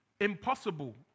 impossible